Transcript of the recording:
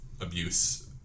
abuse